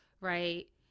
right